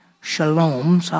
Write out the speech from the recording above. Shalom